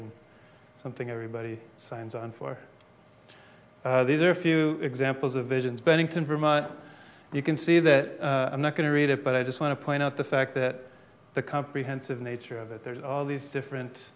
and something everybody signs on for these are a few examples of visions bennington vermont you can see that i'm not going to read it but i just want to point out the fact that the comprehensive nature of it there's all these different